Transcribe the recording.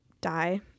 die